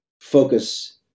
focus